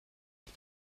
die